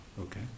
Okay